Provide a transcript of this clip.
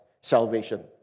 salvation